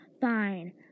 Fine